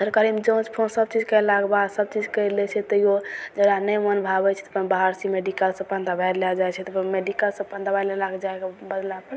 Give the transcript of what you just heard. सरकारीमे जाँच फाँच सभचीज कयलाके बाद सभचीज करि लै छै तइयो जकरा नहि मोन भावय छै तऽ अपन बाहरसँ मेडिकलसँ अपन दबाइ लै जाइ छै तऽ मेडिकलसँ अपन दबाइ लेलाके जाहिके बदला